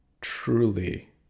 truly